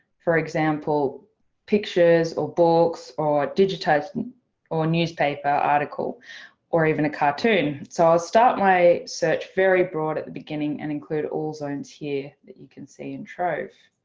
for example pictures or books or digitation or newspaper article or even a cartoon. so i'll start my search very broad at the beginning and include all zones here, that you can see in trove.